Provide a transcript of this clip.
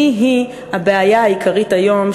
שהן-הן הבעיה העיקרית היום,